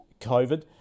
COVID